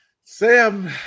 Sam